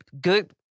good